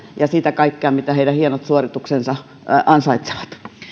ja sitä kaikkea mitä heidän hienot suorituksensa ansaitsevat